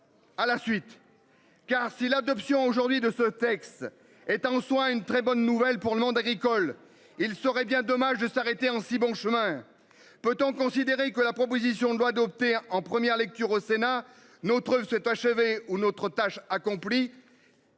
À la suite. Car si l'adoption aujourd'hui de ce texte est en soi une très bonne nouvelle pour le monde agricole, il serait bien dommage de s'arrêter en si bon chemin. Peut-on considérer que la proposition de loi adoptée en première lecture au Sénat. Notre s'est achevée où notre tâche accomplie.